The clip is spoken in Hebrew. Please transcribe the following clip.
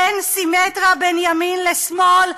אין סימטריה בין ימין לשמאל,